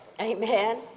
Amen